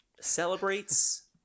Celebrates